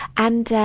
and, ah,